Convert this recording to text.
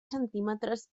centímetres